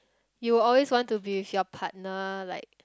you will always want to be with your partner like